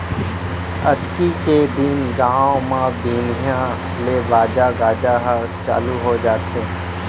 अक्ती के दिन गाँव म बिहनिया ले बाजा गाजा ह चालू हो जाथे